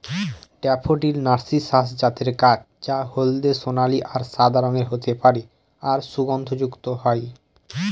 daffodil narcissus জাতের গাছ যা হলদে সোনালী আর সাদা রঙের হতে পারে আর সুগন্ধযুক্ত হয়